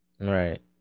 Right